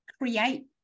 create